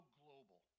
global